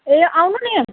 ए आउनु नि